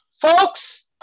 folks